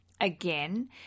Again